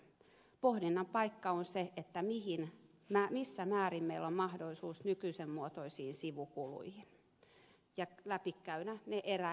pohdinnan paikka on se missä määrin meillä on mahdollisuus nykyisen muotoisiin sivukuluihin ja ne pitää sitten läpikäydä erä erältä